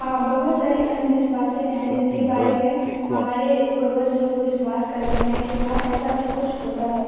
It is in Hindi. हाँ बहुत सारे अंधविश्वास हैं जिनके बारे में हमारे पूर्वज लोग विश्वास करते हैं कि हाँ ऐसा भी कुछ होता है